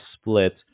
split